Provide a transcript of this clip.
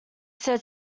said